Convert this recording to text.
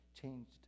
changed